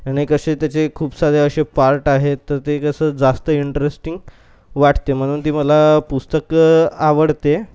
आणि कसे त्याचे खूप सारे असे पार्ट आहेत तर ते कसं जास्त इंटरेस्टिंग वाटते म्हणून ती मला पुस्तकं आवडते